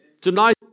Tonight